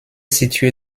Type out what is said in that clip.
situé